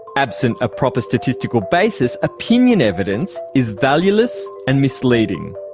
absent of proper statistical basis, opinion evidence is valueless and misleading.